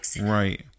Right